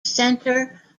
centre